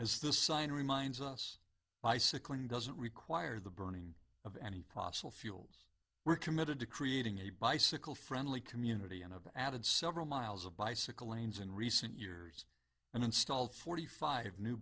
as the sign reminds us bicycling doesn't require the burning of any possible fuels we're committed to creating a bicycle friendly community and i've added several miles of bicycle lanes in recent years and installed forty five new